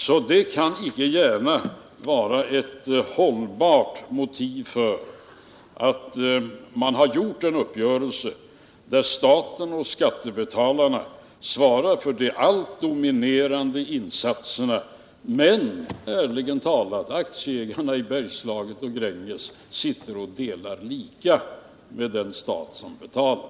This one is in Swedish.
Så det kan inte gärna vara ett hållbart motiv för att man har träffat en uppgörelse där staten och skattebetalarna svarar för de helt dominerande insatserna men där aktieägarna i Bergslagen och i Gränges delar lika med den stat som betalar.